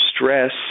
Stress